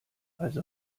also